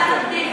ועדת הפנים,